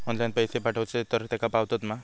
Online पैसे पाठवचे तर तेका पावतत मा?